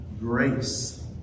grace